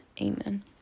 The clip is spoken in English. Amen